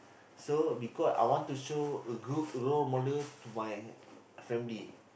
so because I want to show a good role model to my family